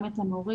גם את המורים,